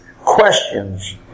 Questions